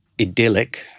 idyllic